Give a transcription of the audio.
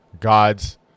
Gods